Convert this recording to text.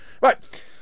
Right